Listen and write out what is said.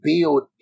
build